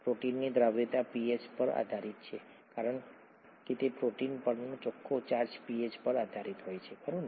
પ્રોટીનની દ્રાવ્યતા pH આધારિત છે કારણ કે પ્રોટીન પરનો ચોખ્ખો ચાર્જ pH આધારિત હોય છે ખરું ને